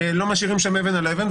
לא משאירים שם אבן על אבן,